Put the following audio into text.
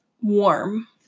warm